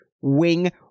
wing